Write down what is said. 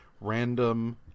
random